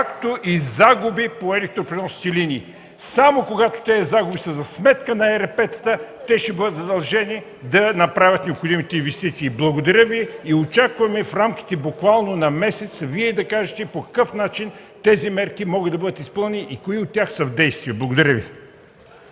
както и загуби по електропреносните линии. Само когато тези загуби са за сметка на ЕРП-тата, те ще бъдат задължени да направят необходимите инвестиции. Очакваме в рамките буквално на месец да кажете по какъв начин тези мерки могат да бъдат изпълнени и кои от тях са в действие. Благодаря Ви.